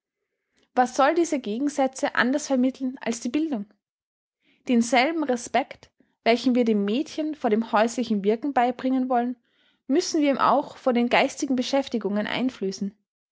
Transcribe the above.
was soll diese gegensätze anders vermitteln als die bildung denselben respekt welchen wir dem mädchen vor dem häuslichen wirken beibringen wollen müssen wir ihm auch vor den geistigen beschäftigungen einflößen